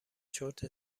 چرت